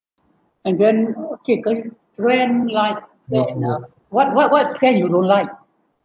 and when you okay uh when like when ah what what what trend you don't like